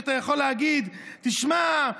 שאתה יכול להגיד: תשמע,